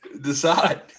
Decide